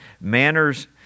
manners